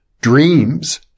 Dreams